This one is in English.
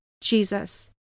Jesus